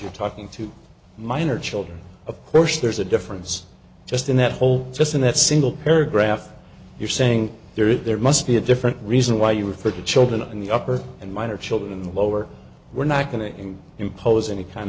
you're talking to minor children of course there's a difference just in that hole just in that single paragraph you're saying there is there must be a different reason why you refer to children in the upper and minor children in the lower we're not going to in impose any kind